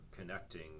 connecting